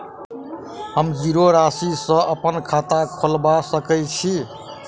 हम जीरो राशि सँ अप्पन खाता खोलबा सकै छी?